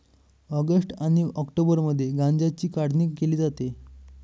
August आणि ऑक्टोबरमध्ये गांज्याची काढणी केली जाते